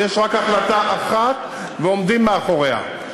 ויש רק החלטה אחת ועומדים מאחוריה.